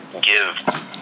give